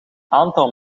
aantal